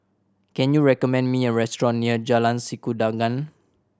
can you recommend me a restaurant near Jalan Sikudangan